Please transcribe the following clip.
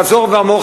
חזור ואמור,